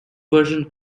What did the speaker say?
version